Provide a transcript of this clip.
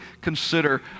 consider